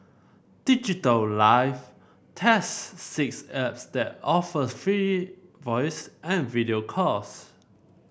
Digital Life tests six apps that offer free voice and video calls